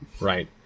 right